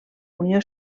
unió